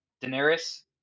Daenerys